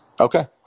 Okay